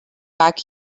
back